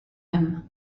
him